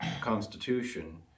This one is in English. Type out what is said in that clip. constitution